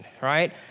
right